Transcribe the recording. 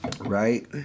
Right